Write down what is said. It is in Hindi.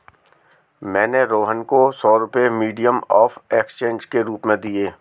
मैंने रोहन को सौ रुपए मीडियम ऑफ़ एक्सचेंज के रूप में दिए